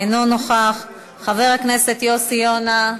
אינו נוכח, חבר הכנסת יוסי יונה,